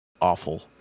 awful